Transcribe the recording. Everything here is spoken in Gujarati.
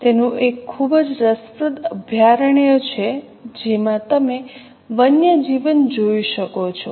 તેનું એક ખૂબ જ રસપ્રદ અભયારણ્ય છે જેમાં તમે વન્ય જીવન જોઈ શકો છો